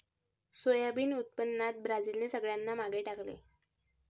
soybean उत्पादनात ब्राझीलने सगळ्यांना मागे टाकले